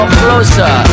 closer